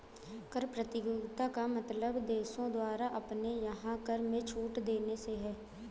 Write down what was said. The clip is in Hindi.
कर प्रतियोगिता का मतलब देशों द्वारा अपने यहाँ कर में छूट देने से है